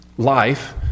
life